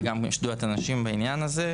וגם שדולת הנשים בעניין הזה.